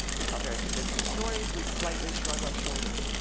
we tell very convincing stories, we slightly shrug our shoulders.